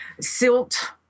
Silt